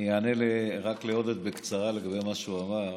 אני אענה לעודד בקצרה לגבי מה שהוא אמר.